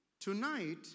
Tonight